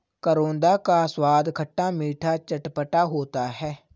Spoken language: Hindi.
करौंदा का स्वाद खट्टा मीठा चटपटा होता है